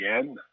again